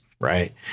Right